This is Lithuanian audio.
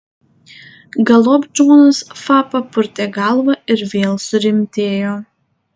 galop džonas fa papurtė galvą ir vėl surimtėjo